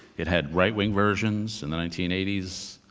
it had right-wing versions in the nineteen eighty s.